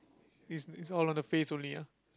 is is all on the face only ah